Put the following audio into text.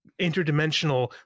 interdimensional